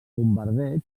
bombardeig